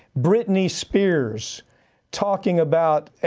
britney spears talking about, and